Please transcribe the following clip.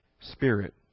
spirit